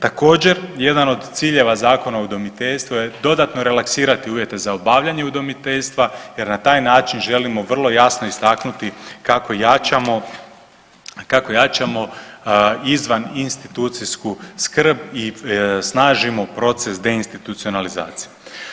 Također, jedan od ciljeva Zakona o udomiteljstvu je dodatno relaksirati uvjete za obavljanje udomiteljstva jer na taj način želimo vrlo jasno istaknuti kako jačamo izvaninstitucijsku skrb i snažimo proces deinstitucionalizacije.